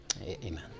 Amen